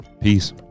Peace